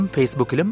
Facebook